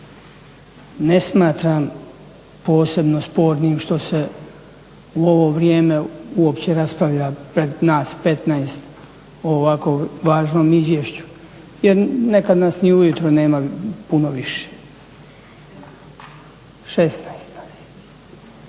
Ne smatram posebno spornim što se u ovo vrijeme uopće raspravlja pred nas 15 o ovako važnom izvješću. jer nekad nas ni u jutro nema puno više. 16